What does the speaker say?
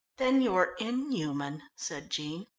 then you're inhuman, said jean.